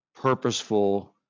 purposeful